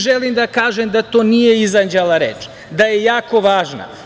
Želim da kažem da to nije izanđala reč, da je jako važna.